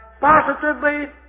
positively